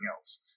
else